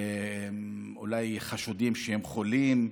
אולי, חשודים שהם חולים,